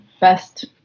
best